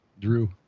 Drew